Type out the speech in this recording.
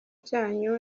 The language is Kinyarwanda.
cyanyu